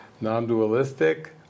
non-dualistic